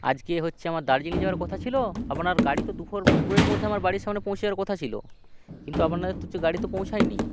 আজকে হচ্ছে আমার দার্জিলিং যাওয়ার কথা ছিল আপনার গাড়ি তো দুপুর এর মধ্যে আমার বাড়ির সামনে পৌঁছে যাওয়ার কথা ছিল কিন্তু আপনাদের তো হচ্ছে গাড়ি তো পৌঁছায়নি